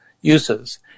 uses